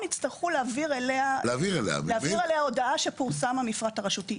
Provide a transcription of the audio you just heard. יצטרכו להעביר אליה הודעה שפורסם המפרט הרשותי.